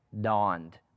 dawned